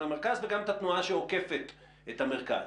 המרכז וגם את התנועה שעוקפת את המרכז.